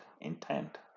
intent